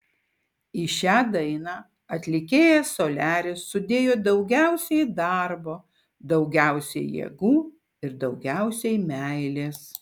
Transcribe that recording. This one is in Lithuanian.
į šią dainą atlikėjas soliaris sudėjo daugiausiai darbo daugiausiai jėgų ir daugiausiai meilės